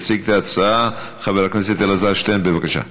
יציג את ההצעה חבר הכנסת אלעזר שטרן, בבקשה.